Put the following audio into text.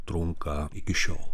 trunka iki šiol